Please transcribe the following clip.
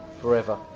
forever